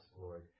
Lord